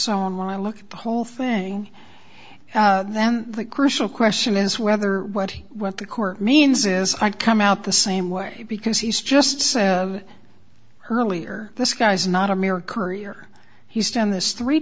so on when i look at the whole thing then the crucial question is whether what he what the court means is i come out the same way because he's just saying earlier this guy's not a mere courier he's done this three